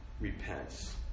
repents